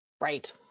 Right